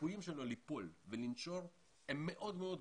והסיכויים שלו ליפול ולנשור הם מאוד מאוד גבוהים.